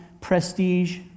prestige